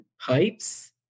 pipes